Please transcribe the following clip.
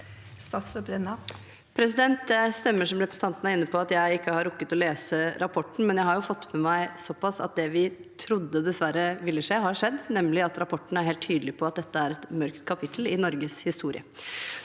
Det stemmer, som representanten er inne på, at jeg ikke har rukket å lese rapporten, men jeg har fått med meg at det vi dessverre trodde ville skje, har skjedd, nemlig at rapporten er helt tydelig på at dette er et mørkt kapittel i Norges historie.